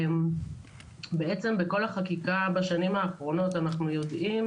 שבעצם בכל החקיקה בשנים האחרונות אנחנו יודעים